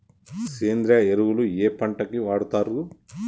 సేంద్రీయ ఎరువులు ఏ పంట కి వాడుతరు?